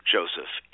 Joseph